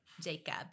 Jacob